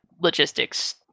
logistics